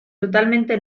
totalmente